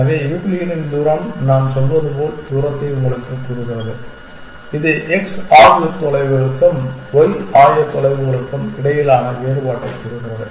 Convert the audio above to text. எனவே யூக்ளிடியன் தூரம் நாம் சொல்வது போல் தூரத்தை உங்களுக்குக் கூறுகிறது இது x ஆயத்தொலைவுகளுக்கும் y ஆயத்தொலைவுகளுக்கும் இடையிலான வேறுபாட்டைக் கூறுகிறது